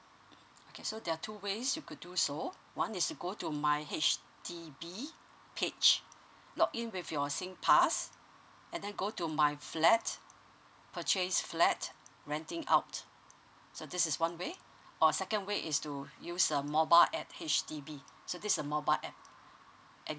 okay so there are two ways you could do so one is to go to my H_D_B page login with your singpass and then go to my flat purchase flat renting out so this is one way or second way is to use a mobile at H_D_B so this a mobile app